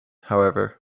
however